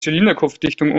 zylinderkopfdichtung